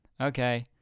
okay